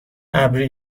ابری